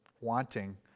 wanting